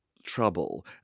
Trouble